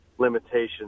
limitations